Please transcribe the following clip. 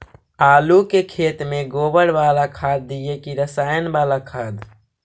आलू के खेत में गोबर बाला खाद दियै की रसायन बाला खाद?